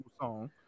song